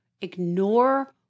ignore